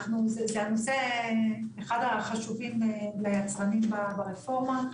הנושא שהוא אחד החשובים ליצרנים ברפורמה,